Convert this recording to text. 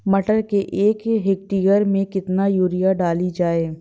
मटर के एक हेक्टेयर में कितनी यूरिया डाली जाए?